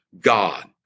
God